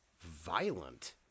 violent